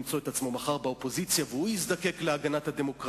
האמת היא שזה לא בעיה להגיע לראש ממשלת נורבגיה.